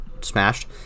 smashed